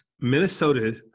minnesota